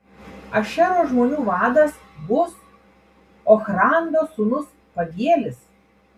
ašero žmonių vadas bus ochrano sūnus pagielis